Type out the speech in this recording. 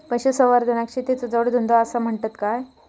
पशुसंवर्धनाक शेतीचो जोडधंदो आसा म्हणतत काय?